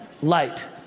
light